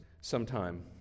sometime